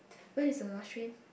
when is the last train